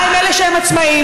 מה עם אלה שהם עצמאים?